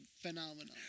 phenomenon